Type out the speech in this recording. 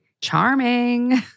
Charming